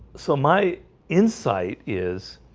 so my insight is